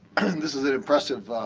this is an impressive